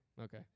Okay